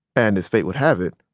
and as fate would have it,